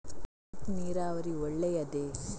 Drip ನೀರಾವರಿ ಒಳ್ಳೆಯದೇ?